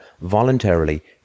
voluntarily